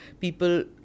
people